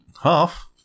Half